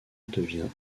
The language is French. devient